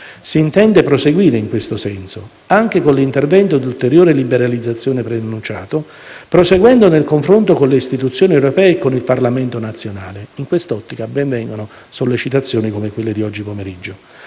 Si intende proseguire in questo senso, anche con l'intervento di ulteriore liberalizzazione preannunciato, proseguendo nel confronto con le istituzioni europee e con il Parlamento nazionale - in quest'ottica ben vengano sollecitazioni come quella di oggi pomeriggio